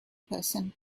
person